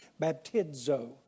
baptizo